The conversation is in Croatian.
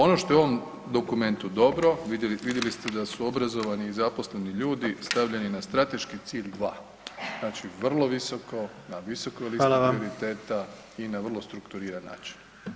Ono što je u ovom dokumentu dobro, vidjeli ste da su obrazovani i zaposleni ljudi stavljeni na strateški cilj 2. Znači vrlo visoko, na visokoj listi prioriteta [[Upadica: Hvala vam]] i na vrlo strukturiran način.